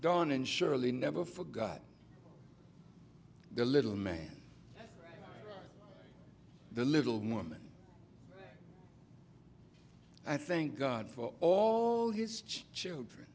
gone and surely never forgot the little man the little woman i think god for all his children